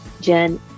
Jen